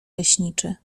leśniczy